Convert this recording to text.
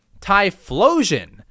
Typhlosion